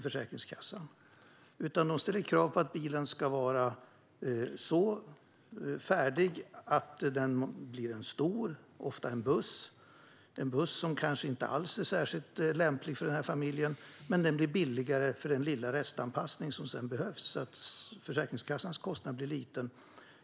Försäkringskassan ställer krav på att bilen ska vara så färdig att den blir stor, ofta en buss. Den är kanske inte alls särskilt lämplig för familjen men blir billigare genom den lilla restanpassning som behövs, och Försäkringskassans kostnad blir liten.